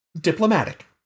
diplomatic